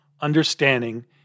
understanding